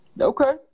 Okay